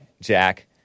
Jack